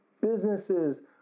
businesses